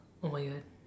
oh my god